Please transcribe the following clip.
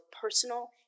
personal